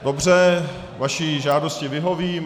Dobře, vaší žádosti vyhovím.